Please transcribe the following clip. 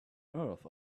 earth